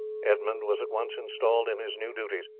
edmund was at once installed in his new duties.